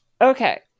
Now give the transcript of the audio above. okay